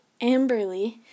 Amberly